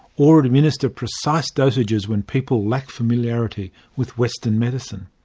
or administer precise dosages when people lack familiarity with western medicine?